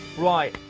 right,